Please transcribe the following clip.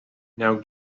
now